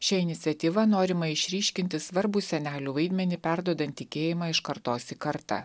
šia iniciatyva norima išryškinti svarbų senelių vaidmenį perduodant tikėjimą iš kartos į kartą